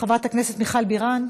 חברת הכנסת מיכל בירן,